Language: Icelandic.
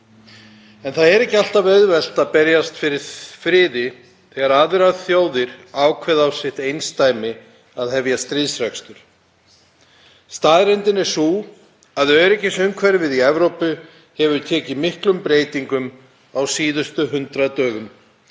En það er ekki alltaf auðvelt að berjast fyrir friði þegar aðrar þjóðir ákveða upp á sitt einsdæmi að hefja stríðsrekstur. Staðreyndin er sú að öryggisumhverfi í Evrópu hefur tekið miklum breytingum á síðustu 100 dögum.